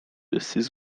jesteś